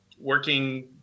working